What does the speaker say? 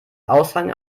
aushang